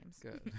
Good